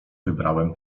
wybrałem